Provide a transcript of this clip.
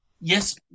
Yes